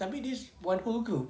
tapi this [one] whole group